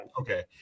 okay